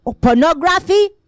pornography